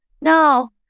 no